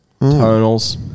tonals